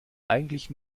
eigentlich